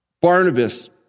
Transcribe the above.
Barnabas